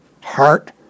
heart